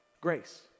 Grace